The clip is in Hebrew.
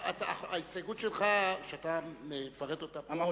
ההסתייגות שלך, שאתה מפרט אותה פה, המהותית.